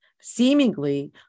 seemingly